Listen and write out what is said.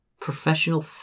professional